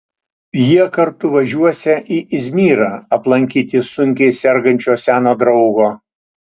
jie kartu važiuosią į izmyrą aplankyti sunkiai sergančio seno draugo